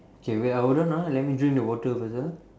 okay wait ah hold on ah let me drink the water first ah